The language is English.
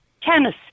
tennis